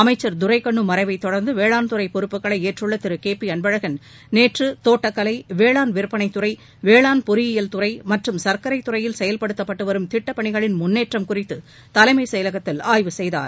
அமைச்சர் துரைகண்ணு மறைவைத் தொடர்ந்து வேளாண்துறை பொறுப்புகளை ஏற்றுள்ள திரு கே பி அன்பழகன் நேற்று தோட்டக்கலை வேளாண் விற்பனைத் துறை வேளாண் பொறியியல் துறை மற்றும் சர்க்கரை துறையில் செயல்படுத்தப்பட்டுவரும் திட்டப் பணிகளின் முன்னேற்றம் குறித்து தலைமைச் செயலகத்தில் ஆய்வு செய்தார்